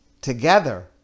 together